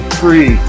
free